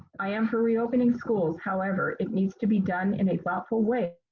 i am for reopening schools, however, it needs to be done in a thoughtful way